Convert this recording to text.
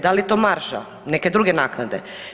Da li je to marža, neke druge naknade?